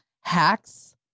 hacks